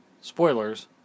spoilers